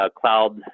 cloud